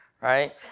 right